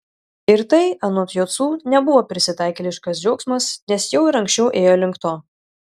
ir tai anot jocų nebuvo prisitaikėliškas džiaugsmas nes jau ir anksčiau ėjo link to